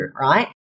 right